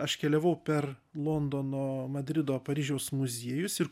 aš keliavau per londono madrido paryžiaus muziejus ir